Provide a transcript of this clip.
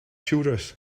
shooters